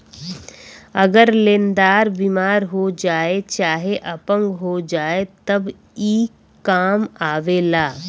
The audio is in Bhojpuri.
अगर लेन्दार बिमार हो जाए चाहे अपंग हो जाए तब ई कां आवेला